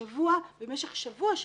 במשך שבוע שלם,